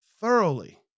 thoroughly